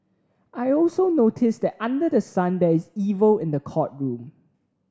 I also noticed that under the sun there is evil in the courtroom